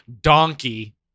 donkey